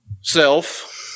self